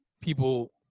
people –